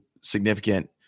significant